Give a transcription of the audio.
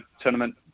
tournament